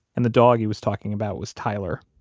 and the dog he was talking about was tyler